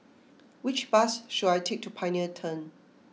which bus should I take to Pioneer Turn